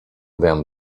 them